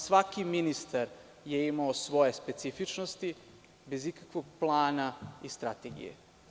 Svaki ministar je imao svoje specifičnosti, bez ikakvog plana i strategije.